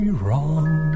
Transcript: wrong